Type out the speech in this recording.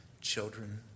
children